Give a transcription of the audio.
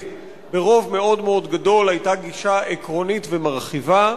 ברוב מאוד מאוד גדול היתה גישה עקרונית ומרחיבה,